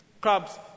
Crabs